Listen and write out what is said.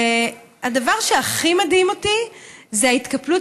והדבר שהכי מדהים אותי זו ההתקפלות